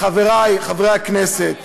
חברי חברי הכנסת,